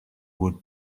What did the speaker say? would